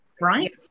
right